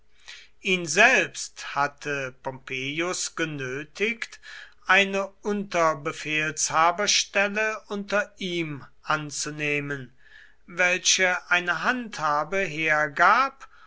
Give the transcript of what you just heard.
ihn selbst hatte pompeius genötigt eine unterbefehlshaberstelle unter ihm anzunehmen welche eine handhabe hergab